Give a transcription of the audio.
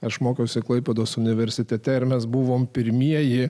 aš mokiausi klaipėdos universitete ir mes buvome pirmieji